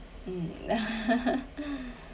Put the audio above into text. mm